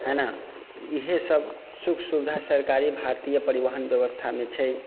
है ने इएह सभ सुख सुविधा सरकारी भारतीय परिवहन व्यवस्थामे छै